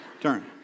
Turn